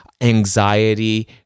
anxiety